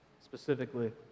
specifically